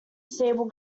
stable